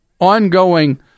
ongoing